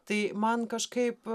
tai man kažkaip